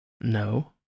no